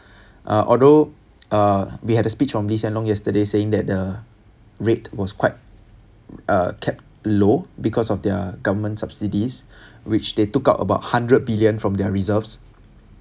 uh although uh we had a speech from lee hsien loong yesterday saying that the rate was quite uh kept low because of their government subsidies which they took out about hundred billion from their reserves